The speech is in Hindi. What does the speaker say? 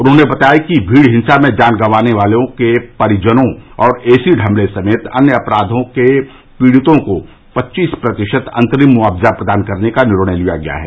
उन्होंने बताया कि मीड़ हिंसा में जान गॅवाने वालों के परिजनों और एसिड हमले समेत अन्य अपराधों के पीड़ितों को पच्चीस प्रतिशत अंतरिम मुआवजा प्रदान करने का निर्णय लिया गया है